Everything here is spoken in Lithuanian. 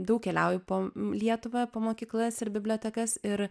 daug keliauju po lietuvą po mokyklas ir bibliotekas ir